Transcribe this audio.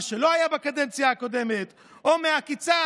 מה שלא היה בקדנציה הקודמת, או מהעקיצה